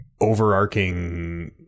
overarching